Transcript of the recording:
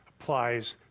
applies